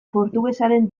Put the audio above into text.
portugesaren